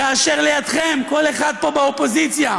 כאשר לידכם, כל אחד פה באופוזיציה,